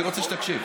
אני רוצה שתקשיב.